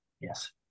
yes